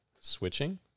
switching